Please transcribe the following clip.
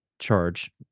charge